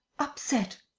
upset!